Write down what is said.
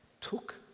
took